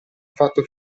fatto